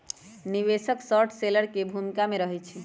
निवेशक short seller की भूमिका में रहइ छै